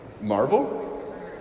marvel